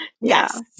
Yes